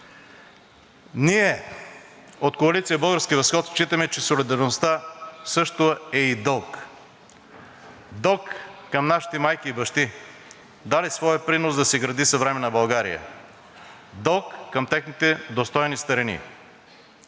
Ние от Коалиция „Български възход“ считаме, че солидарността също е и дълг – дълг към нашите майки и бащи, дали своя принос да се гради съвременна България; дълг към техните достойни старини,